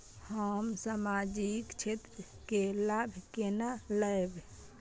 हम सामाजिक क्षेत्र के लाभ केना लैब?